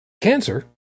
cancer